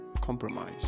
compromise